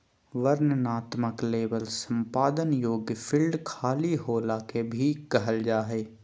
वर्णनात्मक लेबल संपादन योग्य फ़ील्ड खाली होला के भी कहल जा हइ